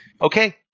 okay